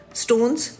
stones